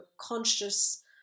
conscious